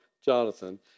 Jonathan